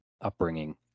upbringing